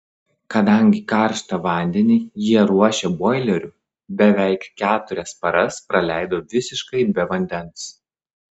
kadangi karštą vandenį jie ruošia boileriu beveik keturias paras praleido visiškai be vandens